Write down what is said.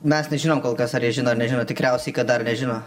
mes nežinom kol kas ar jie žino ar nežino tikriausiai kad dar nežino